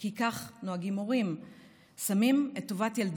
שעלו לארץ